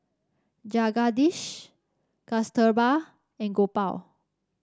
Jagadish Kasturba and Gopal